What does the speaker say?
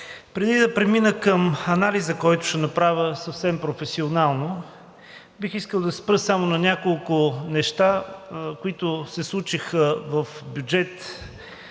Преди да премина към анализа, който ще направя съвсем професионално, бих искал да се спра само на няколко неща, които се случиха в